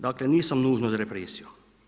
Dakle nisam nužno za represiju.